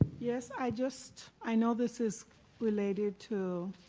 yes, i just i know this is related to